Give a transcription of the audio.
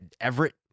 Everett